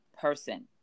person